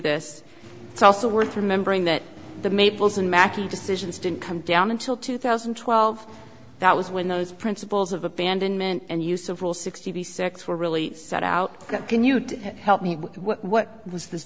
it's also worth remembering that the maples in maquis decisions didn't come down until two thousand and twelve that was when those principles of abandonment and use of rule sixty six were really set out can you help me what was th